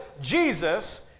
Jesus